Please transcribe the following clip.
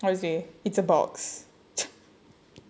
how to say it's a box